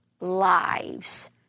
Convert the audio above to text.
lives